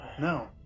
No